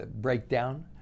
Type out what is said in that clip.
breakdown